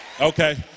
Okay